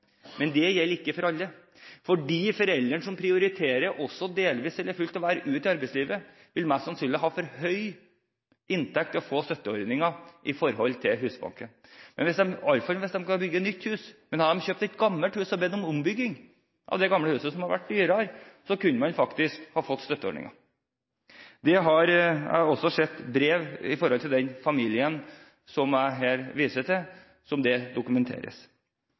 Men det gjelder ikke for alle. De foreldrene som prioriterer å være delvis eller fullt ute i arbeidslivet, vil mest sannsynligvis ha for høy inntekt til å få støtte fra Husbanken. Dette gjelder iallfall hvis de skal bygge nytt hus. Hadde de kjøpt et gammelt hus og bedt om støtte til ombygging av det huset, som ville blitt dyrere, kunne de fått støtte. Jeg har sett brev til den familien, som jeg viser til, der dette dokumenteres.